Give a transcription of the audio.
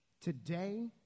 today